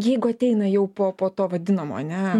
jeigu ateina jau po po to vadinamo ar ne